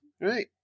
right